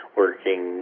working